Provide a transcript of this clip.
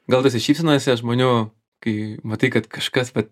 gal tose šypsenose žmonių kai matai kad kažkas vat